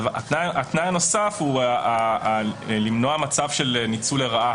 התנאי הנוסף הוא למנוע מצב של ניצול לרעה